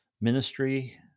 ministry